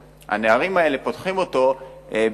הנערים האלה פותחים אותו בדרכים-לא-דרכים,